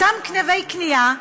אותם תווי קנייה,